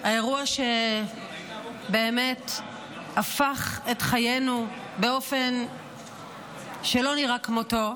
האירוע שבאמת הפך את חיינו באופן שלא נראה כמותו,